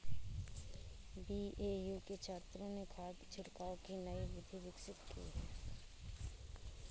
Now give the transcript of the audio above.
BAU के छात्रों ने खाद छिड़काव की नई विधि विकसित की है